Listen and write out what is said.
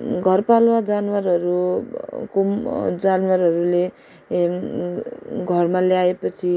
घरपालुवा जनावरहरूको जानवरहरूले ए घरमा ल्याएपछि